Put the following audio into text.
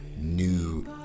new